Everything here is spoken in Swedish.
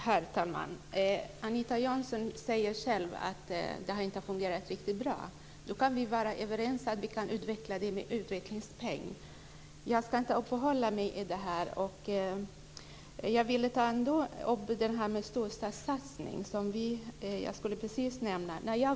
Herr talman! Anita Jönsson säger själv att det inte har fungerat riktigt bra. Då kan vi vara överens om att vi kan utveckla systemet med utvecklingspeng. Jag ska inte uppehålla mig vid detta. Jag vill ta upp frågan om storstadssatsning, som jag precis skulle nämna.